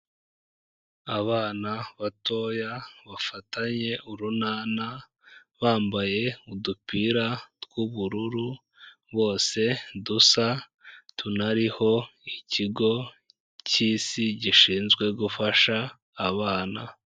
Abana batoya bafatanye urunana, bambaye udupira tw'ubururu bose dusa tunariho ikigo cy'Isi gishinzwe gufasha abana.